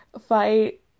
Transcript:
fight